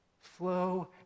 flow